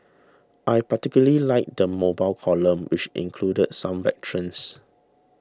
I particularly liked the mobile column which included some veterans